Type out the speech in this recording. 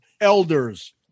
Elders